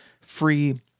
free